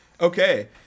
Okay